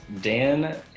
Dan